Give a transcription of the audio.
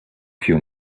few